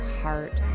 heart